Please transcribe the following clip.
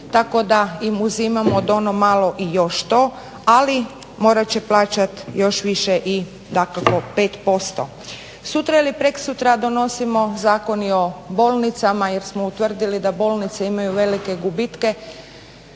tako da im uzimamo od ono malo i još to. Ali morat će plaćat još više i dakako 5%. Sutra ili preksutra donosimo Zakon i o bolnicama, jer smo utvrdili da bolnice imaju velike gubitke.